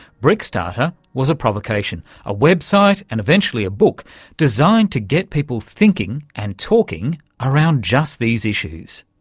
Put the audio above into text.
brickstarter was a provocation a website and eventually a book designed to get people thinking and talking around just these issues.